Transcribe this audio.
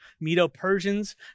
Medo-Persians